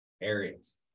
areas